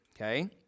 okay